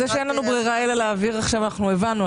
זה שאין לנו ברירה אלא להעביר עכשיו את זה הבנו.